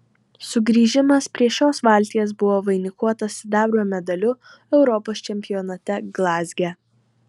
sugrįžimas prie šios valties buvo vainikuotas sidabro medaliu europos čempionate glazge